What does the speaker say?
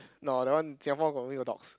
no that one Singapore got